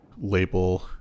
label